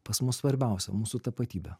pas mus svarbiausia mūsų tapatybę